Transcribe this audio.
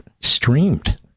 streamed